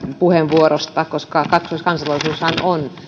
puheenvuorosta koska kaksoiskansalaisuushan on